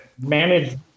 Manage